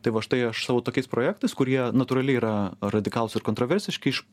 tai va štai aš savo tokiais projektais kurie natūraliai yra radikalūs ir kontraversiški iš